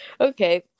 Okay